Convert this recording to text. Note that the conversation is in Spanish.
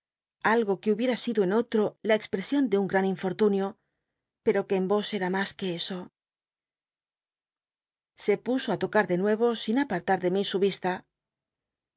algo que hubiera sido en otro la expresion de un gran infortun io pero que en vos era mas que eso se puso á tocar de nuevo sin apartar de mí su yista